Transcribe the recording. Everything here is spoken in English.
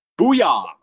booyah